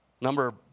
Number